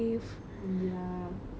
mm ya